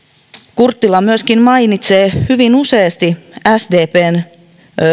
kurttila myöskin mainitsee hyvin useasti sdpn